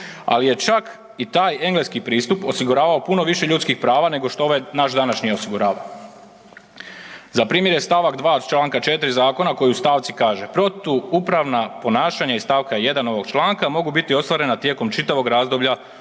ali je čak i taj engleski pristup osiguravao puno više prava nego što ovaj naš današnji osigurava. Za primjer je stavak 2. Članka 4. zakona koji u stavci kaže protupravna ponašanja iz stavka 1. ovog članka mogu biti ostvarena tijekom čitavog razdoblja